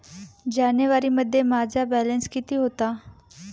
जानेवारीमध्ये माझा बॅलन्स किती होता?